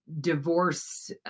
divorce